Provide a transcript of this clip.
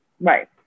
Right